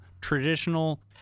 traditional